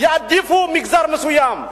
יעדיפו מגזר מסוים.